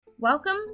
Welcome